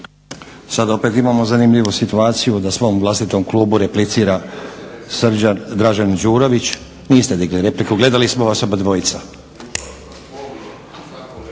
Sad opet imamo zanimljivu situaciju da svom vlastitom klubu replicira Dražen Đurović. Niste digli repliku, gledali smo vas obadvojica.